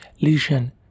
lesion